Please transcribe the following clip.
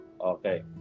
Okay